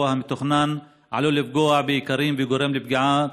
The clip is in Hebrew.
שקו המתח הגבוה המתוכנן עלול לפגוע באיכרים וגורם לפגיעה